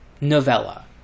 novella